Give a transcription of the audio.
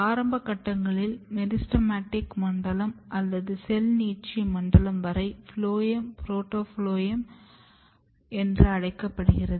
ஆரம்ப கட்டங்களில் மெரிஸ்டெமடிக் மண்டலம் அல்லது செல் நீட்சி மண்டலம் வரை ஃபுளோயம் புரோட்டோஃபுளோயம் என்று அழைக்கப்படுகிறது